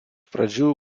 pradžių